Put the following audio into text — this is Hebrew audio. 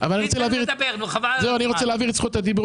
אני רוצה להעביר את זכות הדיבור